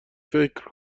فکر